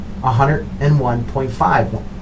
101.5